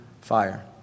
fire